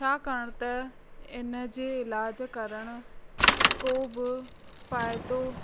छाकाणि त इनजे इलाज़ करण को बि फ़ाइदो